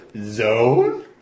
Zone